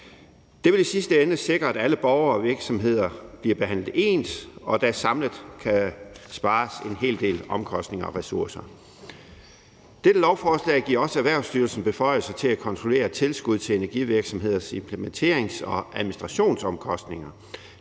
Det vil i sidste ende sikre, at alle borgere og virksomheder bliver behandlet ens, og at der samlet kan spares en hel del omkostninger og ressourcer. Dette lovforslag giver også Erhvervsstyrelsen beføjelser til at kontrollere tilskud til energivirksomheders implementerings- og administrationsomkostninger.